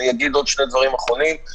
נושא הרף הראייתי